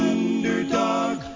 Underdog